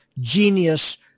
genius